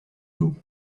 tout